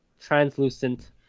translucent